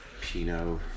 Pinot